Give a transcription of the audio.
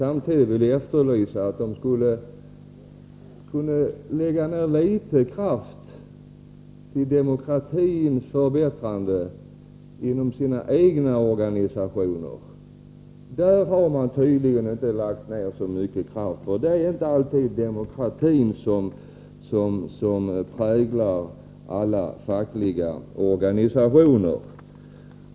Samtidigt vill jag efterlysa litet kraft till demokratins förbättrande inom de fackliga organisationerna. Där har man tydligen inte lagt ned så stor kraft. Det är inte alltid demokratin som präglar alla fackliga organisationer.